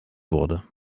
wurde